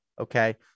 Okay